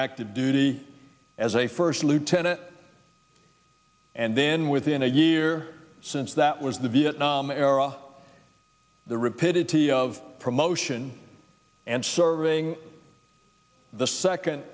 active duty as a first lieutenant and then within a year since that was the vietnam era the repeated of promotion and serving the second